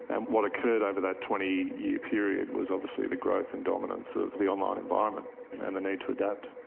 and what occurred over that twenty year period was obviously the growth and dominance of the online environment and the need to adapt.